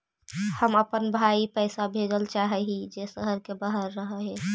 हम अपन भाई पैसा भेजल चाह हीं जे शहर के बाहर रह हे